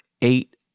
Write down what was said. eight